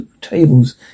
tables